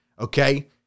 Okay